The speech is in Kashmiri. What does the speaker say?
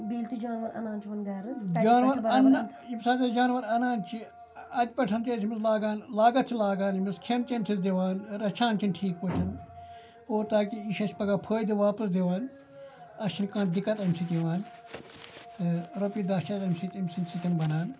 جانوَر اَننہٕ ییٚمہِ ساتہٕ أسۍ جانوَر اَنان چھِ اَتہِ پٮ۪ٹھ چھِ أمِس لاگان لاگَتھ چھِ لاگان أمِس کھٮ۪ن چٮ۪ن چھِس دِوان رَچھان چھِن ٹھیٖک پٲٹھۍ اور تاکہِ یہِ چھِ اَسہِ پَگاہ فٲیدٕ واپَس دِوان اَسہِ چھِنہٕ کانٛہہ دِقت اَمہِ سۭتۍ یِوان رۄپیہِ دَہ چھِ اَسہِ اَمہِ سۭتۍ أمۍ سٕنٛدۍ سۭتۍ بَنان